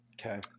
Okay